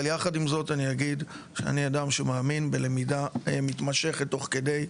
אבל יחס עם זאת אני אגיד שאני אדם שמאמין בלמידה מתמשכת תוך כדי,